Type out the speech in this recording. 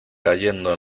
cayendo